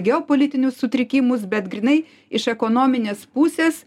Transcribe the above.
geopolitinius sutrikimus bet grynai iš ekonominės pusės